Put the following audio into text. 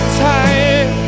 time